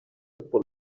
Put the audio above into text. football